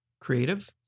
creative